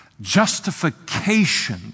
justification